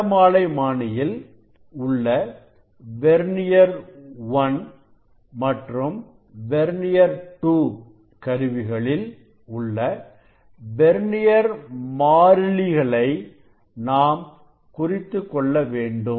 நிறமாலைமானியில் உள்ள வெர்னியர் 1 மற்றும் வெர்னியர் 2 கருவிகளில் உள்ள வெர்னியர் மாறிலிகளை நாம் குறித்துக்கொள்ள வேண்டும்